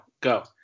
go